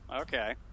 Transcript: Okay